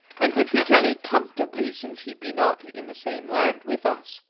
and which we can eat comfortably since he be not in the same land with us.